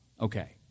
Okay